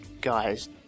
guys